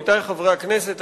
עמיתי חברי הכנסת,